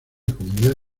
comunidad